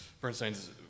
Bernstein's